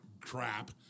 crap